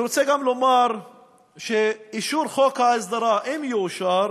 אני רוצה לומר גם שאישור חוק ההסדרה, אם יאושר,